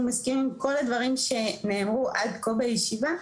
מסכימים עם כל הדברים שנאמרו עד כה בישיבה,